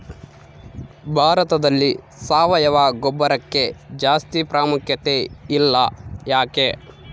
ಭಾರತದಲ್ಲಿ ಸಾವಯವ ಗೊಬ್ಬರಕ್ಕೆ ಜಾಸ್ತಿ ಪ್ರಾಮುಖ್ಯತೆ ಇಲ್ಲ ಯಾಕೆ?